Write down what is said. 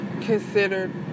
considered